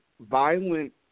violent